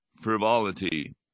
frivolity